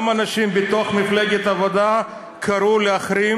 גם אנשים בתוך מפלגת העבודה קראו להחרים